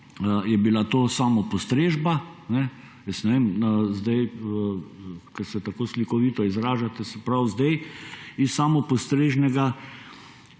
je bila to samopostrežba. Jaz ne vem, ko se tako slikovito izražate, se pravi, da zdaj iz samopostrežnega